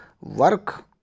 work